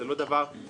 זה לא דבר חדש,